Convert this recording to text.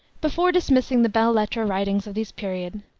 before dismissing the belles-lettres writings of this period,